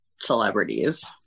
celebrities